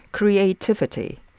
Creativity